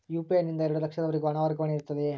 UPI ನಿಂದ ಎರಡು ಲಕ್ಷದವರೆಗೂ ಹಣ ವರ್ಗಾವಣೆ ಇರುತ್ತದೆಯೇ?